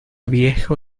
viejo